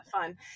fun